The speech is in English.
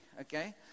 Okay